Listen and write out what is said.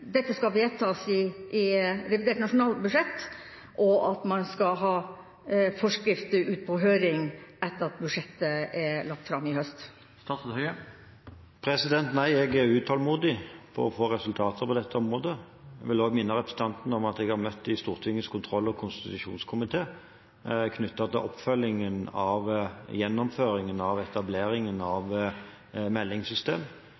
dette skal vedtas i revidert nasjonalbudsjett, og at man skal ha forskrifter ute på høring etter at budsjettet er lagt fram i høst? Nei, jeg er utålmodig etter å få resultater på dette området. Jeg vil også minne representanten Knutsen om at jeg har møtt i Stortingets kontroll- og konstitusjonskomité knyttet til oppfølgingen av gjennomføringen av etableringen av meldingssystem,